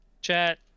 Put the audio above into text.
Chat